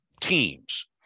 teams